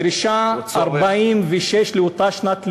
הדרישה, 46, לאותה שנת לימוד,